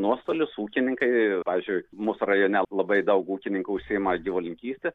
nuostolius ūkininkai pavyzdžiui mūsų rajone labai daug ūkininkų užsiima gyvulininkyste